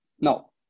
No